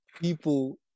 people